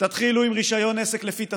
תתחילו עם רישיון עסק לפי תצהיר.